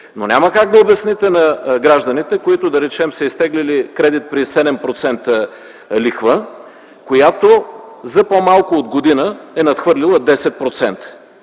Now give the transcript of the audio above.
Но няма как да обясните на гражданите, които, да речем, са изтеглили кредит при 7% лихва, която за по малко от година е надхвърлила 10%.